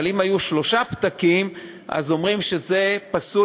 אבל אם היו שלושה פתקים אומרים שזה פסול.